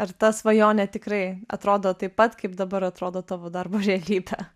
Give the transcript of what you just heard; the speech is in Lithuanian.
ar ta svajonė tikrai atrodo taip pat kaip dabar atrodo tavo darbo realybė